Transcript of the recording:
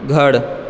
घर